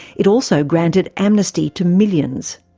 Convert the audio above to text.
it also granted amnesty to millions.